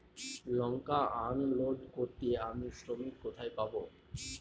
লঙ্কা unload করতে আমি শ্রমিক কোথায় পাবো?